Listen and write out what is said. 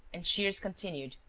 and shears continued,